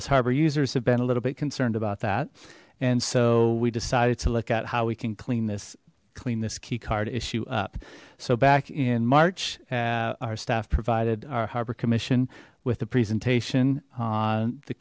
as harbor users have been a little bit concerned about that and so we decided to look at how we can clean this clean this key card issue up so back in march our staff provided our harbor commission with the presentation on the